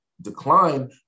decline